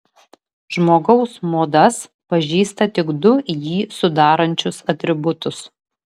žmogaus modas pažįsta tik du jį sudarančius atributus